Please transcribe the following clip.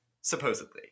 supposedly